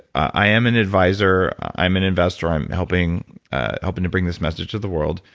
i am an advisor, i'm an investor, i'm helping helping to bring this message to the world.